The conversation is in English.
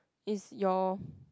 is your